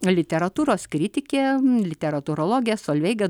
literatūros kritikė literatūrologė solveiga